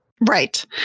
Right